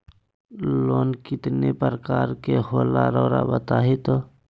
Loan कितने पारकर के होला रऊआ बताई तो?